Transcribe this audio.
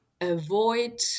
avoid